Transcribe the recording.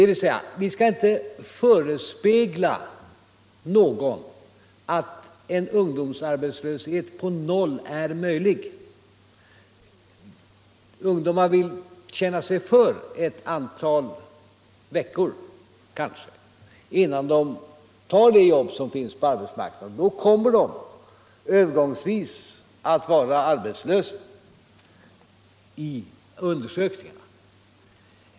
Vi skall inte förespegla någon att en ungdomsarbetslöshet på noll är möjlig. Ungdomar vill kanske känna sig för ett antal veckor, innan de tar det jobb som finns på arbetsmarknaden. Då kommer de att vid undersökningarna övergångsvis framstå som arbetslösa.